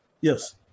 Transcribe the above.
Yes